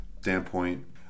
standpoint